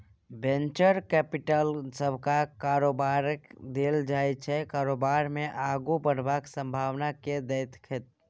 venture capital नबका कारोबारकेँ देल जाइ छै कारोबार केँ आगु बढ़बाक संभाबना केँ देखैत